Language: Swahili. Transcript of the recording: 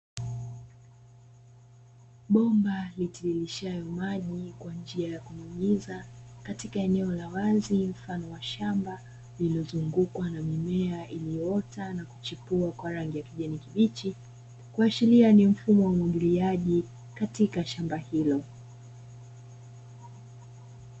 Bomba litilishayo maji kwa njia ya kunyunyiza katika eneo la wazi mfano wa shamba, lililozungukwa na mimea iliyoota na kuchepua kwa rangi ya kijani kibichi, kuashiria ni mfumo wa umwagiliaji katika shamba hilo.